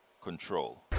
control